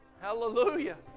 Hallelujah